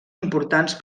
importants